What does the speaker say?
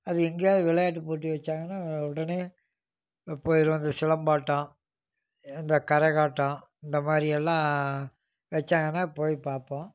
அது எங்கேயாவது விளையாட்டு போட்டி வச்சாங்கனா உடனே போயிடுவோம் அந்த சிலம்பாட்டம் இந்த கரகாட்டம் இந்த மாதிரி எல்லாம் வச்சாங்கனா போய் பார்ப்போம்